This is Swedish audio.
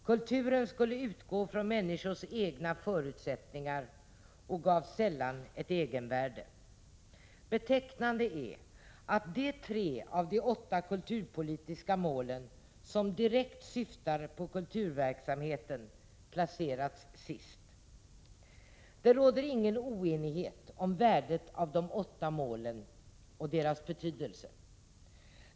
Kulturen skulle utgå från människors egna förutsättningar och gavs sällan ett egenvärde. Betecknande är att de tre av de åtta kulturpolitiska målen som direkt syftar på kulturverksamheten placerades sist. Det råder ingen oenighet om värdet av de åtta målen eller om deras betydelse.